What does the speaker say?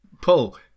Pull